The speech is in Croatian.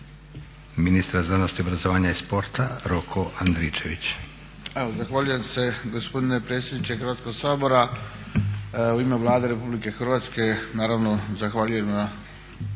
ministra znanosti, obrazovanja i sporta Roko Andričević. **Andričević, Roko** Zahvaljujem se gospodine predsjedniče Hrvatskoga sabora. U ime Vlade Republike Hrvatske naravno zahvaljujem na